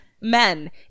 Men